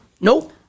Nope